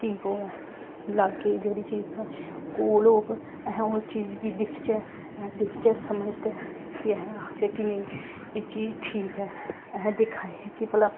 ठीक होऐ लाग्गै जेह्ड़ी चीज साढ़े कोल होग अस ओह् चीज गी दिखचै दिखचै समझचै कि अस आखचै कि नेईं एह् चीज ठीक ऐ अस दिक्खा दे हे कि भला